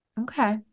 Okay